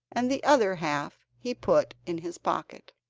and the other half he put in his pocket.